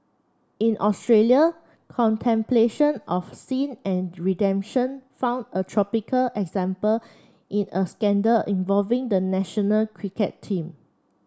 in Australia contemplation of sin and redemption found a tropical example in a scandal involving the national cricket team